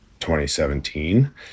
2017